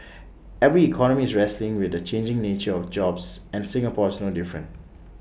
every economy is wrestling with the changing nature of jobs and Singapore is no different